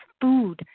food